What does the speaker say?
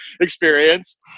experience